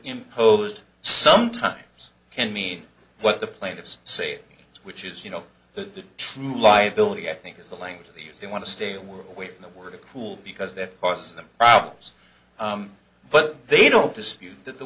imposed sometimes can mean what the plaintiffs say which is you know the true liability i think is the language they use they want to stay away from the word cool because they're awesome problems but they don't dispute th